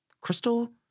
Crystal